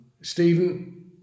Stephen